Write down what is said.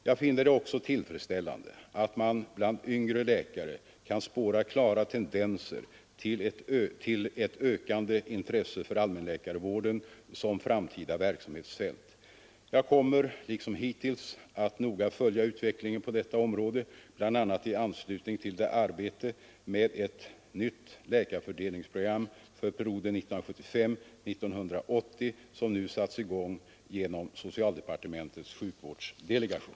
Jag finner det också tillfredsställande att man bland yngre läkare kan spåra klara tendenser till ett ökande intresse för allmänläkarvården som framtida verksamhetsfält. Jag kommer liksom hittills att noga följa utvecklingen på detta område, bl.a. i anslutning till det arbete med ett nytt läkarfördelningsprogram för perioden 1975—1980 som nu satts i gång genom socialdepartementets sjukvårdsdelegation.